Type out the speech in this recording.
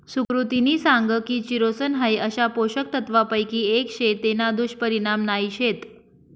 सुकृतिनी सांग की चिरोसन हाई अशा पोषक तत्वांपैकी एक शे तेना दुष्परिणाम नाही शेत